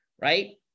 Right